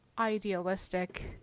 idealistic